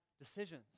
decisions